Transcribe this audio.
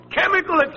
chemical